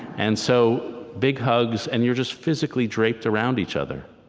and so big hugs and you're just physically draped around each other.